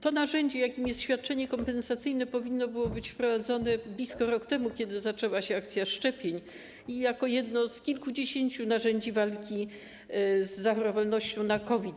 To narzędzie, jakim jest świadczenie kompensacyjne, powinno było być wprowadzone blisko rok temu, kiedy zaczęła się akcja szczepień, i jako jedno z kilkudziesięciu narzędzi walki z zachorowalnością na COVID.